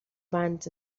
بند